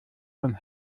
und